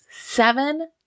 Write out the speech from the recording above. seven